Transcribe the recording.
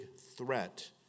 threat